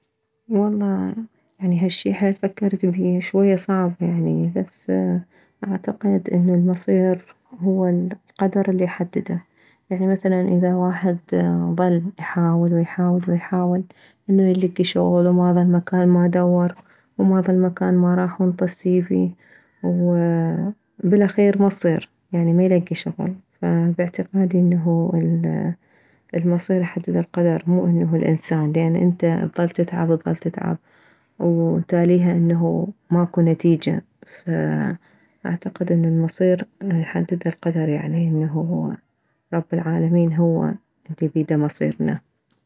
والله يعني هالشي حيل فكرت بيه شوية صعب يعني بس اعتقد انه المصير هو القدر الي يحدده يعني مثلا اذا واحد ظل يحاول ويحاول ويحاول انه يلكي شغل وما ظل مكان ما دور وما ظل مكان ما راح وانطى السي في وبالاخير ما تصير يعني ميلكي شغل فباعتقادي انه المصير يحدده القدر مو انه الانسان لان انته تظل تتعب تظل تتعب وتاليها انه ماكو نتيجة فأعتقد انه المصير يحدده القدر يعني انه رب العالمين هو الي بيده مصيرنا